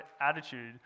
attitude